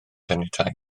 caniatáu